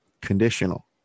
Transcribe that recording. Conditional